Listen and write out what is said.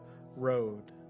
road